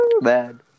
Bad